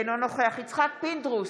אינו נוכח יצחק פינדרוס,